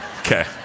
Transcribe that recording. Okay